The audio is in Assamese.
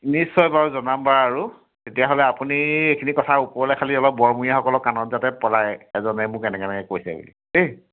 নিশ্চয় বাৰু জনাম বাৰু তেতিয়াহ'লে আপুনি এইখিনি কথা ওপৰলৈ খালি অলপ বৰমূৰীয়াসকলক কাণত যাতে পেলায় এজনে মোক এনেকৈ এনেকৈ কৈছে বুলি দেই